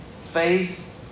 faith